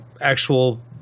actual